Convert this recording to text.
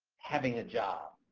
having a job.